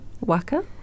Waka